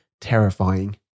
terrifying